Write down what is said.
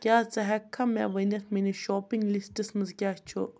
کیٛاہ ژٕ ہٮ۪ککھا مےٚ ؤنِتھ میٛٲنِس شاپِنگ لِسٹَس منٛز کیٛاہ چھُ